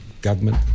government